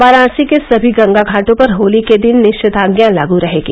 वाराणसी के सभी गंगा घाटों पर होली के दिन निषेघाज़ा लागू रहेगी